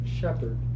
shepherd